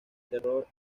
terror